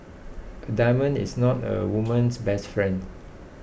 a diamond is not a woman's best friend